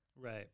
Right